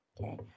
Okay